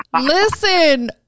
Listen